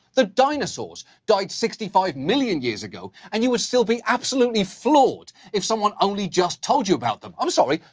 the dinosaurs died sixty five million years ago, and you would still be absolutely floored if someone only just told you about them. i'm sorry,